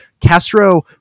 Castro